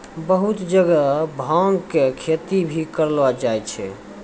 बहुत जगह भांग के खेती भी करलो जाय छै